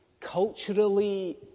culturally